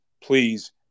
please